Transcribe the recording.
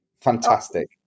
Fantastic